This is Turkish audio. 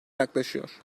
yaklaşıyor